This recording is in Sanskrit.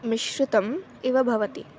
मिश्रितम् इव भवति